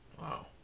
Wow